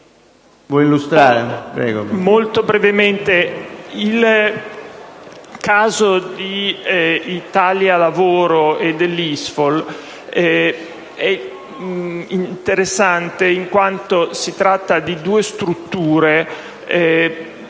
il caso di Italia Lavoro SpA e dell'ISFOL è interessante in quanto si tratta di due strutture